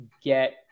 get